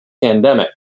pandemic